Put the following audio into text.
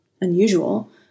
unusual